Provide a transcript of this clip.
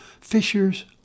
fishers